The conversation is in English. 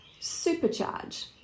supercharge